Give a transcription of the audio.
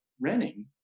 renting